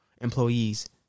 employees